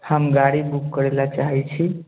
हम गाड़ी बुक करैलए चाहै छी